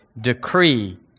decree